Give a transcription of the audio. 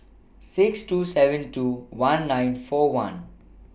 six two seven two one nine four one